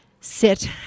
sit